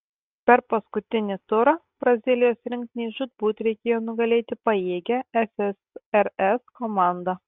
per paskutinį turą brazilijos rinktinei žūtbūt reikėjo nugalėti pajėgią ssrs komandą